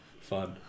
Fun